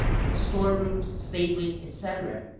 with store-rooms, stabling, etc.